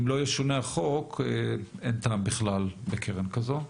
אם לא ישונה החוק אין בכלל טעם בקרן כזאת.